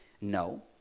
No